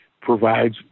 provides